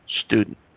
student